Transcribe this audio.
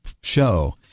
show